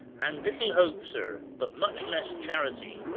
and little hope, sir but much less charity,